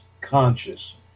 conscious